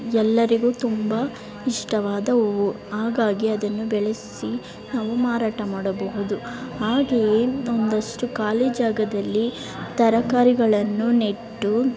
ಎಲ್ಲರಿಗೂ ತುಂಬ ಇಷ್ಟವಾದ ಹೂವು ಹಾಗಾಗಿ ಅದನ್ನು ಬೆಳೆಸಿ ನಾವು ಮಾರಾಟ ಮಾಡಬಹುದು ಹಾಗೆಯೇ ಒಂದಷ್ಟು ಖಾಲಿ ಜಾಗದಲ್ಲಿ ತರಕಾರಿಗಳನ್ನು ನೆಟ್ಟು